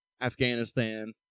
Afghanistan